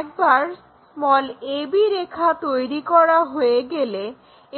একবার ab রেখা তৈরী করা হয়ে গেলে